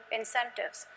incentives